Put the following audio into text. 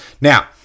Now